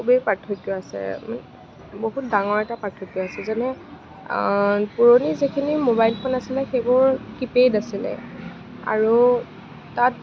খুবেই পাৰ্থক্য আছে বহুত ডাঙৰ এটা পাৰ্থক্য আছে যেনে পুৰণি যিখিনি ম'বাইল ফোন আছিলে সেইবোৰ কীপে'ড আছিলে আৰু তাত